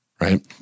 right